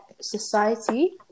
society